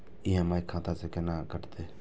EMI खाता से केना कटते?